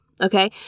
Okay